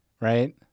right